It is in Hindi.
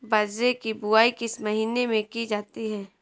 बाजरे की बुवाई किस महीने में की जाती है?